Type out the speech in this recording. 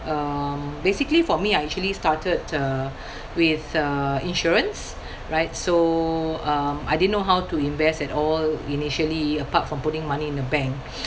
uh basically for me I actually started uh with uh insurance right so um I didn't know how to invest at all initially apart from putting money in the bank